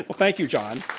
thank you, john.